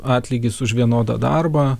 atlygis už vienodą darbą